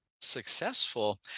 successful